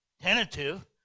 tentative